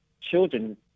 children